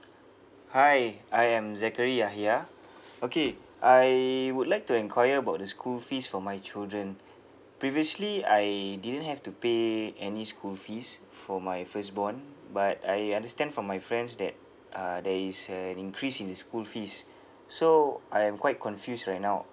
hi I am zachary yahya okay I would like to enquire about the school fees for my children previously I didn't have to pay any school fees for my firstborn but I understand from my friends that uh there is an increase in the school fees so I am quite confused right now